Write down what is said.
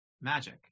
magic